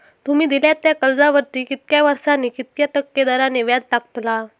तुमि दिल्यात त्या कर्जावरती कितक्या वर्सानी कितक्या टक्के दराने व्याज लागतला?